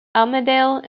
armadale